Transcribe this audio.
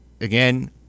Again